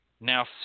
Now